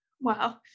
wow